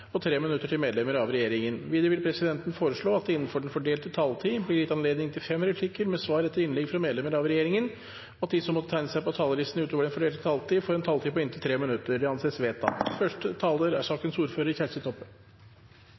og 5 minutter til medlemmer av regjeringen. Videre vil presidenten foreslå at det – innenfor den fordelte taletid – blir gitt anledning til fem replikker med svar etter innlegg fra medlemmer av regjeringen, og at de som måtte tegne seg på talerlisten utover den fordelte taletid, får en taletid på inntil 3 minutter. – Det anses vedtatt.